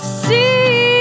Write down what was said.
see